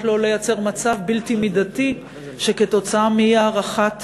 לא לייצר מצב בלתי מידתי שכתוצאה מאי-הארכת